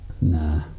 nah